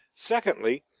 secondly,